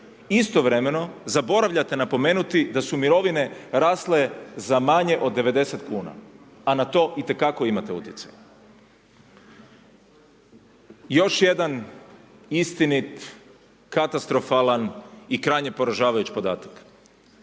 istovremeno zaboravljate napomenuti da su mirovine rasle za manje od 90 kuna, a na to itekako imate utjecaj. Još jedan istinit katastrofalan i krajnje poražavajući podatak.